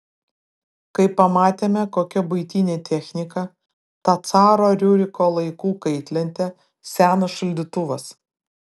kai pamatėme kokia buitinė technika ta caro riuriko laikų kaitlentė senas šaldytuvas